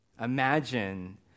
Imagine